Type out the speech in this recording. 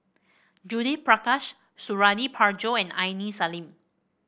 Judith Prakash Suradi Parjo and Aini Salim